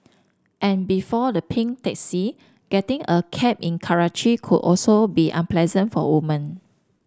and before the pink taxi getting a cab in Karachi could also be unpleasant for women